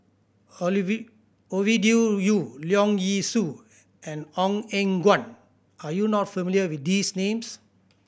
Ovidia Yu Leong Yee Soo and Ong Eng Guan are you not familiar with these names